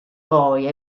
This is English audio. boy